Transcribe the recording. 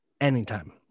anytime